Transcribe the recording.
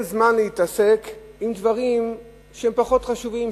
שאין זמן להתעסק עם דברים שהם פחות חשובים,